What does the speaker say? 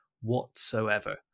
whatsoever